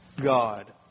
God